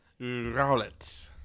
Rowlet